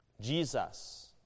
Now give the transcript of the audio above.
Jesus